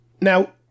now